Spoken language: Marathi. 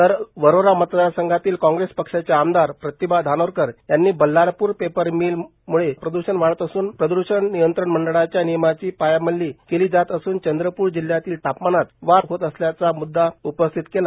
ती वरोरा मतदार संघातील कॉग्रेस पक्षाच्या आमदार प्रतिभा धानोरकर यांनी बल्लारपूर पेपर मिल मुळे प्रदूर्षण वाढत असून प्रदूर्षण नियंत्रण मंडळाच्या नियमांची पायामल्ली केली जात असून चंद्रपूर जिल्हयातील तापमानात वाढ होत असल्याचा मृदद उपस्थित केला